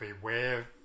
beware